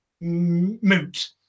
moot